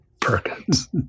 Perkins